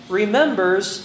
remembers